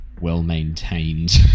well-maintained